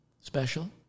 special